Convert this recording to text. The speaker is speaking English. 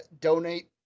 donate